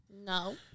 no